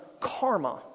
karma